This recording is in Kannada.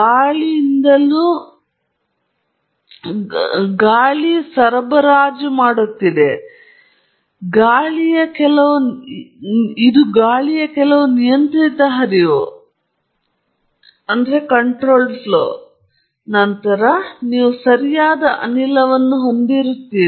ಗಾಳಿಯಿಂದಲೂ ಗಾಳಿ ಬಾಟಲಿಯಿರುವುದನ್ನು ನೀವು ಖಾತ್ರಿಪಡಿಸಿಕೊಳ್ಳಬಹುದು ಅದು ಗಾಳಿಯನ್ನು ಸರಬರಾಜು ಮಾಡುತ್ತಿದೆ ಇದು ಗಾಳಿಯ ಕೆಲವು ನಿಯಂತ್ರಿತ ಹರಿವು ಮತ್ತು ನಂತರ ನೀವು ಸರಿಯಾದ ಅನಿಲವನ್ನು ಹೊಂದಿರುತ್ತೀರಿ